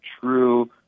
true